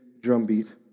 drumbeat